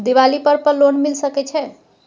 दीपावली पर्व पर लोन मिल सके छै?